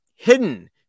hidden